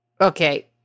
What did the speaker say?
okay